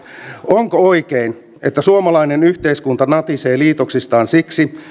onko oikein että suomalainen yhteiskunta natisee liitoksistaan siksi